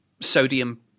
Sodium